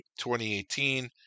2018